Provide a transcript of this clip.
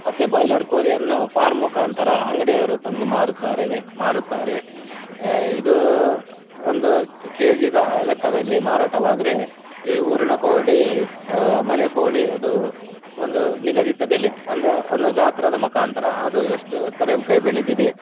ಮತ್ತೆ ಬಾಯ್ಲರ್ ಕೋಳಿಯನ್ನು ಫಾರ್ಮ್ ಮುಖಾಂತರ ಅಂಗಡಿಯವರು ತಂದು ಮಾರುತ್ತಾರೆ ಮಾರುತ್ತಾರೆ ಇದು ಒಂದು ಕೆ ಜಿದು ಲೆಕ್ಕದಲ್ಲಿ ಮಾರಾಟವಾದರೆ ಈ ಊರಿನ ಕೋಳಿ ಮನೆ ಕೋಳಿ ಅದು ಒಂದು ನಿಗದಿತ ಬೆಲೆ ಅಂದರೆ ಒಂದು ಗಾತ್ರದ ಮುಖಾಂತರ ಅದು ಎಷ್ಟು ಎತ್ತರಕ್ಕೆ ಬೆಳೆದಿದೆ